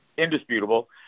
indisputable